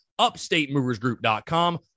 upstatemoversgroup.com